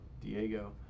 Diego